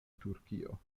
turkio